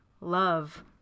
love